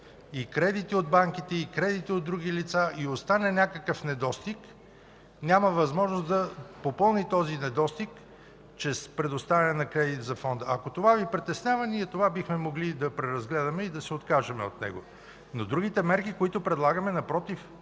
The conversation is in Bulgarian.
и кредити от банките, и кредити от други лица, и остане някакъв недостиг, няма възможност да попълни този недостиг чрез предоставяне на кредит за Фонда. Ако това Ви притеснява, ние това бихме могли да го преразгледаме и да се откажем от него, но другите мерки, които предлагаме, напротив,